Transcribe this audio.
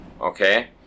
Okay